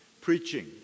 preaching